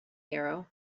hero